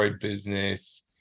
Business